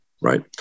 right